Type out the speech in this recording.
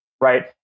right